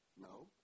no